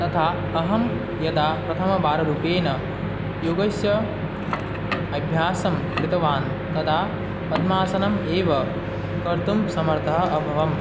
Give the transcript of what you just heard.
तथा अहं यदा प्रथमवाररूपेण योगस्य अभ्यासं कृतवान् तदा पद्मासनम् एव कर्तुं समर्थः अभवम्